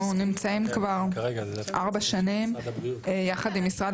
אנחנו נמצאים כבר ארבע שנים יחד עם משרד